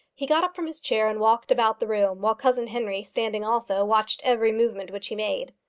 he got up from his chair, and walked about the room, while cousin henry, standing also, watched every movement which he made.